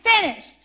finished